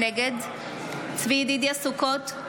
נגד צבי ידידיה סוכות,